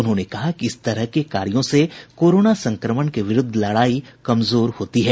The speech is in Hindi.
उन्होंने कहा कि इस तरह के कार्यों से कोरोना संक्रमण के विरूद्व लड़ाई कमजोर होती है